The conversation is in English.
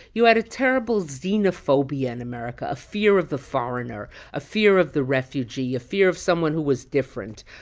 you had a terrible xenophobia in america, a fear of the foreigner a fear of the refugee, a fear of someone who was different.